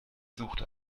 sucht